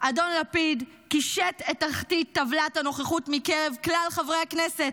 אדון לפיד קישט את תחתית טבלת הנוכחות מקרב כלל חברי הכנסת.